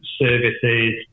services